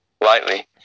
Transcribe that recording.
lightly